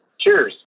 Cheers